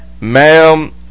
Ma'am